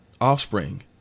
Offspring